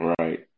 Right